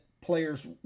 players